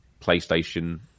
PlayStation